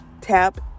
tap